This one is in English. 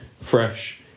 fresh